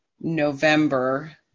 November